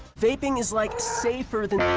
vaping is like safer than